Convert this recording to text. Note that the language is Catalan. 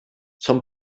són